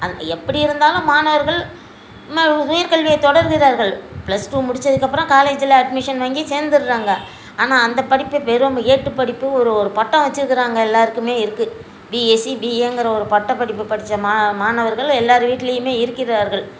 அது எப்படி இருந்தாலும் மாணவர்கள் உயர் கல்வியை தொடர்கிறார்கள் பிளஸ் டூ முடித்ததுக்கு அப்புறம் காலேஜில் அட்மிஷன் வாங்கி சேர்ந்துர்றாங்க ஆனால் அந்த படிப்பு வெறும் ஏட்டு படிப்பு ஒரு ஒரு பட்டம் வச்சுருக்குறாங்க எல்லாேருக்குமே இருக்குது பிஎஸ்சி பிஏங்கிற ஒரு பட்டப் படிப்பு படித்த மா மாணவர்கள் எல்லாேர் வீட்லேயுமே இருக்கிறார்கள்